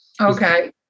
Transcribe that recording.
Okay